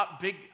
big